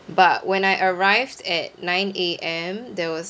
but when I arrived at nine A_M there was